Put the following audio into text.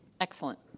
Excellent